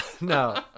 no